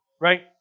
Right